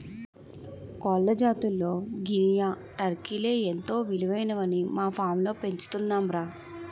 కోళ్ల జాతుల్లో గినియా, టర్కీలే ఎంతో విలువైనవని మా ఫాంలో పెంచుతున్నాంరా